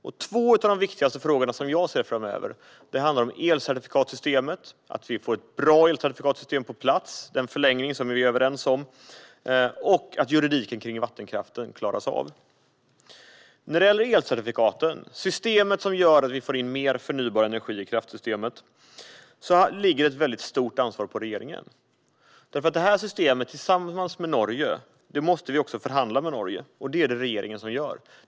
En av de två viktigaste frågor som jag ser framöver handlar om elcertifikatssystemet. Vi måste få ett bra elcertifikatssystem på plats med den förlängning som vi är överens om. Den andra frågan handlar om att juridiken kring vattenkraften klaras av. När det gäller elcertifikaten - systemet som gör att vi får in mer förnybar energi i kraftsystemet - ligger ett stort ansvar på regeringen. Vi måste förhandla om systemet tillsammans med Norge, och det är regeringen som gör det.